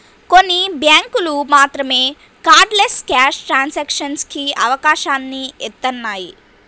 కొన్ని బ్యేంకులు మాత్రమే కార్డ్లెస్ క్యాష్ ట్రాన్సాక్షన్స్ కి అవకాశాన్ని ఇత్తన్నాయి